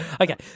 Okay